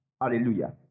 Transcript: Hallelujah